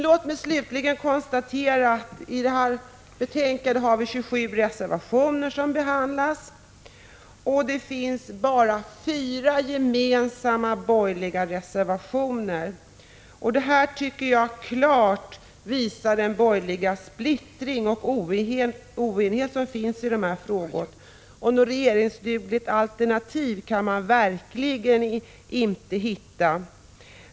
Låg mig slutligen konstatera att till betänkandet har avgivits 27 reservationer. Bara fyra av dem är gemensamma för de borgerliga partierna. Det tycker jag klart visar vilken splittring och oenighet som råder på den borgerliga sidan i de här frågorna. Något regeringsdugligt alternativ kan man verkligen inte hitta.